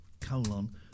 colon